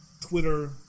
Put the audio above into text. Twitter